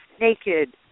naked